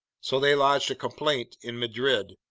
so they lodged a complaint in madrid,